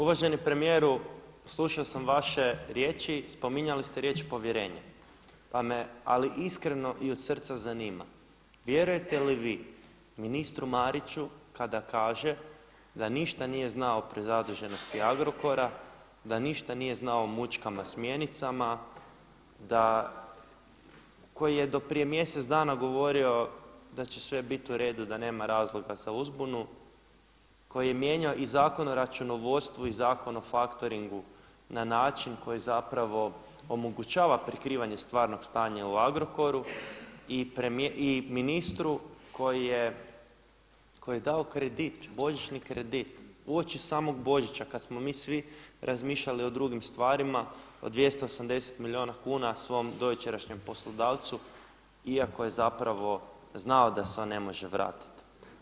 Uvaženi premijeru, slušao sam vaše riječi spominjali ste riječ povjerenje pa me ali iskreno i od srca zanima vjerujte li vi ministru Mariću kada kaže da ništa nije znao o prezaduženosti Agrokora, da ništa nije znao o mučkama sa mjenicama, koji je do prije mjesec dana govorio da će sve bit u redu, da nema razloga za uzbunu, koji je mijenjao i Zakon o računovodstvu i Zakon o faktoringu na način koji zapravo omogućava prikrivanje stvarnog stanja u Agrokoru i ministru koji je dao kredit, božićni kredit uoči samog Božića kad smo mi svi razmišljali o drugim stvarima, o 280 milijuna kuna svom dojučerašnjem poslodavcu iako je zapravo znao da se on ne može vratiti.